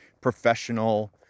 professional